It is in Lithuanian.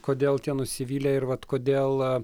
kodėl tie nusivylę ir vat kodėl